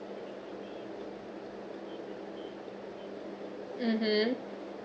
mmhmm